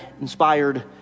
inspired